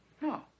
No